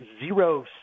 zero